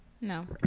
No